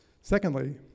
Secondly